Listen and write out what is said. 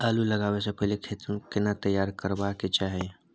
आलू लगाबै स पहिले खेत केना तैयार करबा के चाहय?